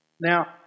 Now